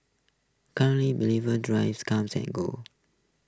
currently believer drivers come and go